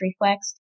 reflex